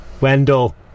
Wendell